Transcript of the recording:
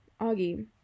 Augie